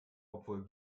obwohl